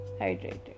hydrated